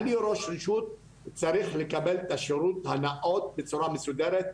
אני ראש רשות ואני צריך לקבל את השירות הנאות בצורה מסודרת,